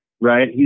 right